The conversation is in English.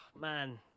man